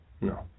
No